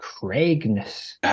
Craigness